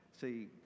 See